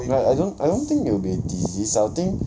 like I don't I don't think it will be a disease something